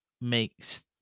makes